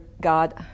god